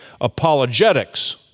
apologetics